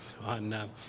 on